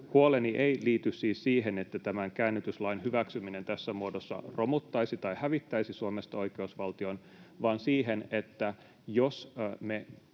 Huoleni ei liity siis siihen, että tämän käännytyslain hyväksyminen tässä muodossa romuttaisi tai hävittäisi Suomesta oikeusvaltion, vaan siihen, että jos me